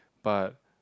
but